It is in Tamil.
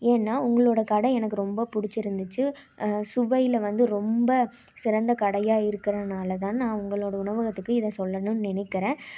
ஏன்னா உங்களோட கடை எனக்கு ரொம்ப பிடிச்சிருந்ததுச்சி சுவையில் வந்து ரொம்ப சிறந்த கடையாக இருக்கறதுனால தான் நான் உங்களோட உணவகத்துக்கு இதை சொல்லணும் நெனைக்குறேன்